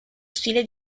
stile